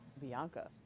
Bianca